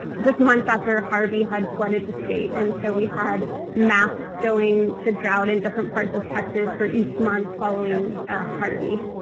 just months after harvey had flooded the state. and so we had maps showing the drought in different parts of texas for each month following ah harvey.